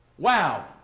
Wow